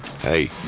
Hey